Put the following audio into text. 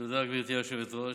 תודה, גברתי היושבת-ראש.